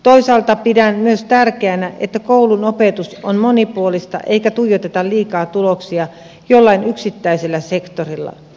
toisaalta pidän myös tärkeänä että koulun opetus on monipuolista eikä tuijoteta liikaa tuloksia jollain yksittäisellä sektorilla